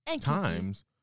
times